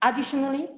Additionally